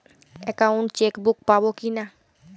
Account chequebook পাবো কি না?